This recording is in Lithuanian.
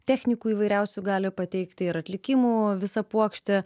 technikų įvairiausių gali pateikti ir atlikimų visą puokštę